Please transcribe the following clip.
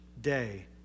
day